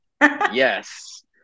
Yes